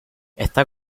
está